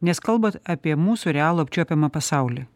nes kalbat apie mūsų realų apčiuopiamą pasaulį